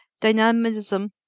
dynamism